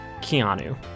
Keanu